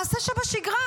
מעשה שבשגרה.